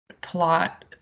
plot